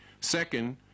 Second